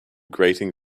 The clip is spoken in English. grating